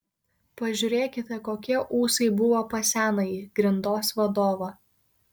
pažiūrėkite kokie ūsai buvo pas senąjį grindos vadovą